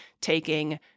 taking